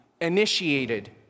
initiated